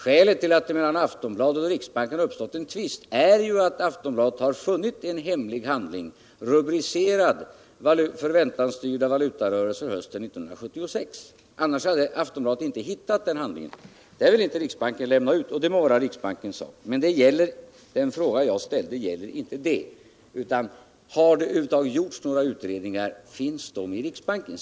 Skälet till att det mellan Aftonbladet och riksbanken uppstått en tvist är ju alt Aftonbladet funnit en uppgift om en hemlig handling rubricerad Förväntansstyrda valutarörelser hösten 1976. Annars kunde Aftonbladet inte ha hittat den handlingen. Riksbanken villinte lämna ut den, och det må vara riksbankens sak. Men den fråga jag ställde gäller inte detta, utan om det över huvud taget har gjorts några utredningar avseende 1977 och om de finns i riksbanken.